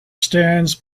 stands